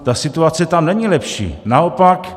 Ta situace tam není lepší, naopak.